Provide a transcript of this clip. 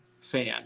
fan